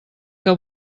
que